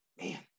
man